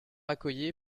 accoyer